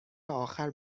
آخر